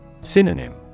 Synonym